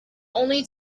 only